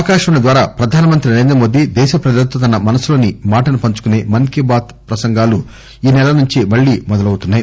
ఆకాశవాణి ద్వారా ప్రధానమంత్రి నరేంద్రమోదీ దేశ ప్రజలతో తన మనసులోని మాటను పంచుకునే మన్ కీ బాత్ ప్రసంగాలు ఈ నెల నుంచి మళ్లీ మొదలవుతున్నాయి